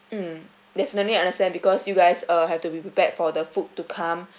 mmhmm definitely understand because you guys uh have to be prepared for the food to come